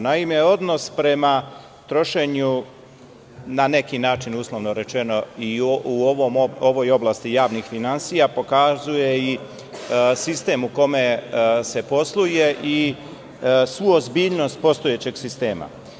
Naime, odnos prema trošenju na neki način, uslovno rečeno, i u ovoj oblasti javnih finansija pokazuje i sistem u kome se posluje i svu ozbiljnost postojećeg sistema.